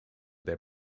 their